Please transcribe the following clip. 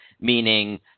meaning